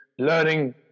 learning